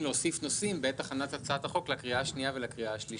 להוסיף נושאים בעת הכנת הצעת החוק לקריאה השנייה והשלישית.